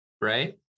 right